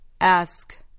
Ask